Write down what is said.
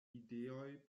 ideoj